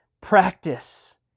practice